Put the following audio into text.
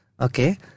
Okay